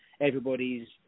everybody's